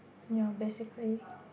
ya basically